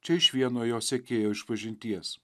čia iš vieno jo sekėjo išpažinties